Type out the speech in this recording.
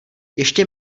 ještě